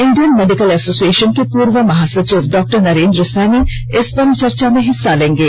Indian medical association के पूर्व महासचिव डॉक्टर नरेन्द्र सैनी इस परिचर्चा में हिस्सा लेंगे